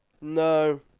No